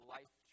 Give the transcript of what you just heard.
Life